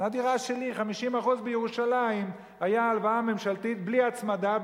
הדירה שלי בירושלים היתה 50% בהלוואה ממשלתית בלי הצמדה,